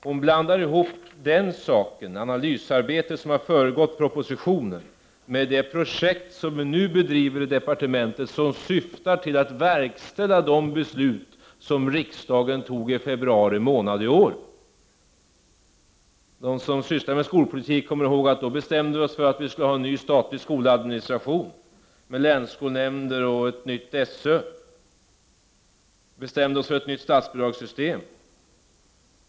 Hon blandar ihop det analysarbete som har föregått den här propositionen med det projekt som vi nu bedriver i departementet och som syftar till att verkställa de beslut som riksdagen fattade i februari månad i år. De som sysslar med skolpolitik kommer ihåg att vi då bestämde att vi skulle ha en ny statlig skoladministration med länsskolnämnder och ett nytt SÖ. Vi bestämde oss för ett nytt statsbidragssystem.